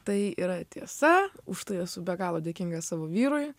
tai yra tiesa už tai esu be galo dėkinga savo vyrui